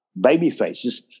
babyfaces